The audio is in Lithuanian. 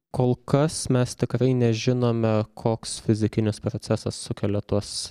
kol kas mes tikrai nežinome koks fizikinis procesas sukelia tuos